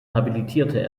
habilitierte